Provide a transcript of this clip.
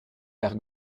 père